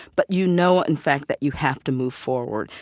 but you know in fact that you have to move forward,